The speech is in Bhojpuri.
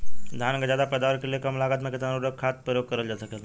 धान क ज्यादा पैदावार के लिए कम लागत में कितना उर्वरक खाद प्रयोग करल जा सकेला?